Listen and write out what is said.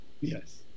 Yes